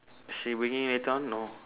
she bringing later on no